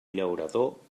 llaurador